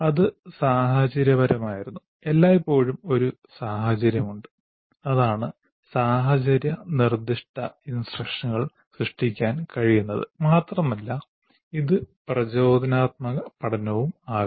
അത് സാഹചര്യപരമായിരുന്നു എല്ലായ്പ്പോഴും ഒരു സാഹചര്യമുണ്ട് അതാണ് സാഹചര്യ നിർദ്ദിഷ്ട ഇൻസ്ട്രക്ഷനുകൾ സൃഷ്ടിക്കാൻ കഴിയുന്നത് മാത്രമല്ല ഇത് പ്രചോദനാത്മക പഠനവും ആകാം